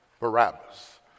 Barabbas